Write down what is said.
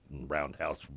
Roundhouse